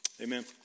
Amen